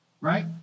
Right